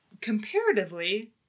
comparatively